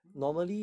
mm